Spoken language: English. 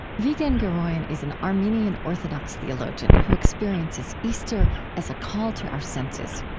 vigen guroian is an armenian orthodox theologian who experiences easter as a call to our senses.